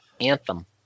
anthem